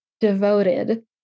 devoted